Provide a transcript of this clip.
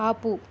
ఆపు